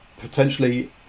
potentially